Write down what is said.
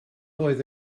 oedd